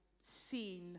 seen